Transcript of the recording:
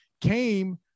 came –